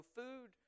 food